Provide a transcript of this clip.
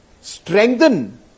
strengthen